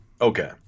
Okay